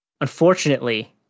Unfortunately